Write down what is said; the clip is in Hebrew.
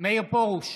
מאיר פרוש,